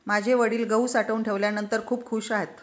माझे वडील गहू साठवून ठेवल्यानंतर खूप खूश आहेत